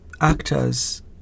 actors